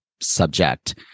subject